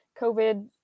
COVID